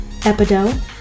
Epidote